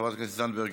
חברת הכנסת זנדברג,